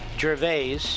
Gervais